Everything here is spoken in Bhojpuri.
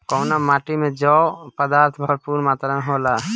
कउना माटी मे जैव पदार्थ भरपूर मात्रा में होला?